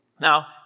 Now